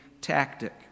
tactic